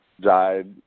died